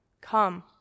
Come